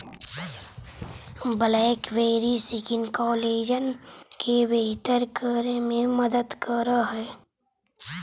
blackberry skin collagen के बेहतर करे में मदद करऽ हई